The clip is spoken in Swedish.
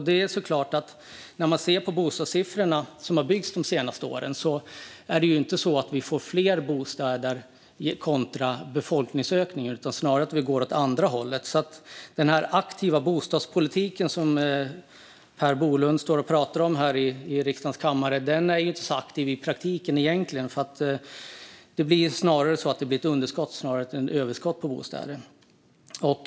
När vi ser på siffrorna över vad som har byggts de senaste åren ser vi att vi inte får fler bostäder i takt med befolkningsökningen, utan det går snarare åt andra hållet. Den här aktiva bostadspolitiken som Per Bolund står och pratar om här i riksdagens kammare är inte så aktiv i praktiken. Det blir snarare ett underskott än ett överskott på bostäder.